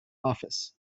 office